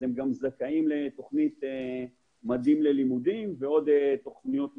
זכאים גם לתוכנית "מדים ללימודים" ותוכניות נוספות.